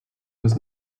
was